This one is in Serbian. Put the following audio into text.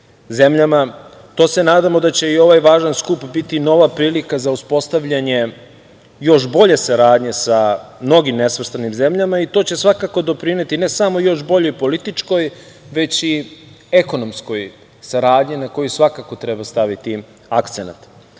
zemljama, te se nadamo da će i ovaj važan skup biti nova prilika za uspostavljanje još bolje saradnje sa mnogim nesvrstanim zemljama i to će svakako doprineti ne samo još boljoj i političkoj, već i ekonomskoj saradnji na koju svakako treba staviti akcenat. Kada